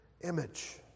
image